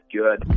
good